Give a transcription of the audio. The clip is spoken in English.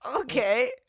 Okay